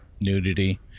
Nudity